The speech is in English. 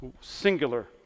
singular